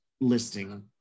listing